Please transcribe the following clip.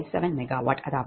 3752